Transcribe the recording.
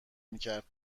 میکرد